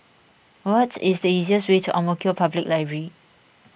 what is the easiest way to Ang Mo Kio Public Library